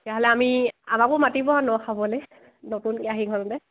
তেতিয়া হ'লে আমি আমাকো মাতিব আৰু ন খাবলে নতুন কেৰাহী